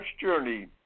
journey